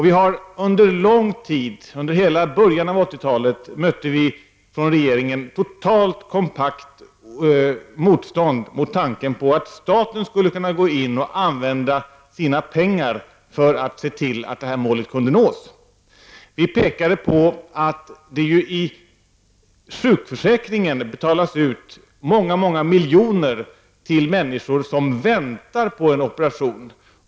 Under ganska lång tid, hela början av 1980-talet, mötte vi från regeringen ett totalt och kompakt motstånd mot tanken på att staten skulle kunna gå in och använda sina pengar för att se till att detta mål kunde uppnås. Vi pekade på att sjukförsäkringen betalar ut miljoner till människor som väntar på en operation.